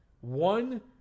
one